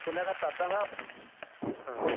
पुनः ततः हा